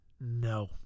No